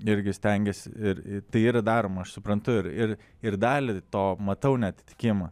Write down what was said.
irgi stengiasi ir tai yra daroma aš suprantu ir ir ir dalį to matau neatitikimą